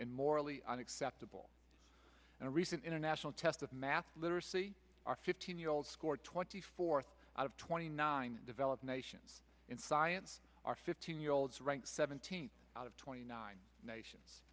and morally unacceptable and a recent international test of math literacy are fifteen year old scored twenty fourth out of twenty nine developed nations in science are fifteen year olds ranked seventeen out of twenty nine nations